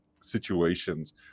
situations